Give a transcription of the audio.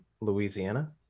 Louisiana